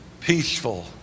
peaceful